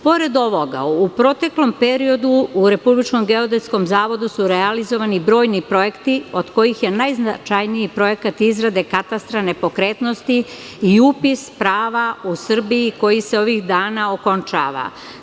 Pored ovoga, u proteklom periodu u RGZ su realizovani brojni projekti, od kojih je najznačajniji projekat izrade katastra nepokretnosti i upis prava u Srbiji, koji se ovih dana okončava.